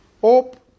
Hope